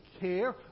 care